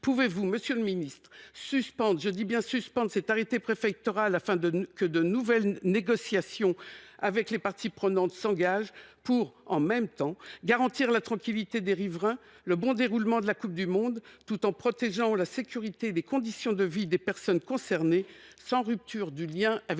Pouvez-vous, monsieur le ministre, suspendre cet arrêté préfectoral afin que de nouvelles négociations avec les parties prenantes s'engagent pour garantir, « en même temps », la tranquillité des riverains et le bon déroulement de la Coupe du monde, tout en protégeant la sécurité et les conditions de vie des personnes concernées, sans rupture du lien avec les